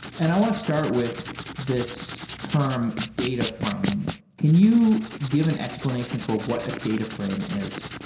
and i want to start with this term data frame. can you give an explanation for what a data frame is?